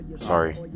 Sorry